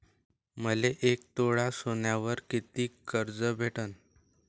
मले एक तोळा सोन्यावर कितीक कर्ज भेटन?